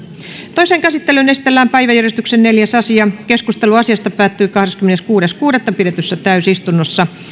toiseen käsittelyyn esitellään päiväjärjestyksen neljäs asia keskustelu asiasta päättyi kahdeskymmeneskuudes kuudetta kaksituhattakahdeksantoista pidetyssä täysistunnossa